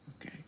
Okay